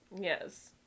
Yes